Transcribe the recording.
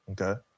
Okay